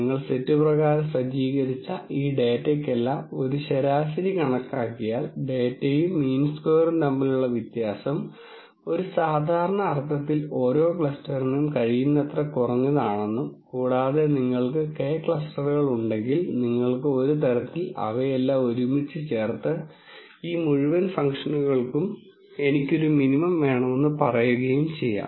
നിങ്ങൾ സെറ്റ് പ്രകാരം സജ്ജീകരിച്ച ഈ ഡാറ്റയ്ക്കെല്ലാം ഒരു ശരാശരി കണക്കാക്കിയാൽ ഡാറ്റയും മീൻ സ്ക്വയറും തമ്മിലുള്ള വ്യത്യാസം ഒരു സാധാരണ അർത്ഥത്തിൽ ഓരോ ക്ലസ്റ്ററിനും കഴിയുന്നത്ര കുറഞ്ഞതാണെന്നും കൂടാതെ നിങ്ങൾക്ക് K ക്ലസ്റ്ററുകൾ ഉണ്ടെങ്കിൽ നിങ്ങൾക്ക് ഒരു തരത്തിൽ അവയെല്ലാം ഒരുമിച്ച് ചേർത്ത് ഈ മുഴുവൻ ഫങ്ക്ഷനുകൾക്കും എനിക്ക് ഒരു മിനിമം വേണമെന്ന് പറയുകയും ചെയ്യാം